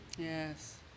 Yes